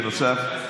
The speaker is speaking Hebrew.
ועדת הכספים, בנוסף?